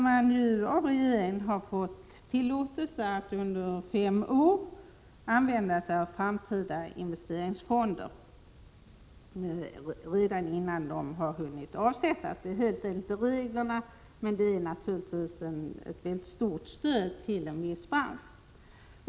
Man har av regeringen fått tillåtelse att under fem år använda sig av framtida investeringsfonder, innan de ens har hunnit avsättas. Det är helt enligt reglerna och naturligtvis ett mycket stort stöd för en viss bransch.